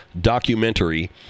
documentary